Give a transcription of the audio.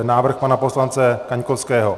Návrh pana poslance Kaňkovského.